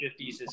50s